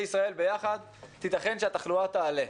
ישראל ביחד ייתכן ששיעור התחלואה יעלה.